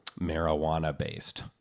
marijuana-based